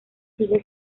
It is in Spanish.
sigue